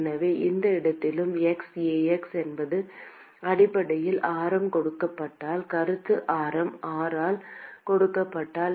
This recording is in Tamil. எனவே எந்த இடத்திலும் x A என்பது அடிப்படையில் ஆரம் கொடுக்கப்பட்டால் கருத்து ஆரம் r ஆல் கொடுக்கப்பட்டால்